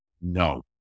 no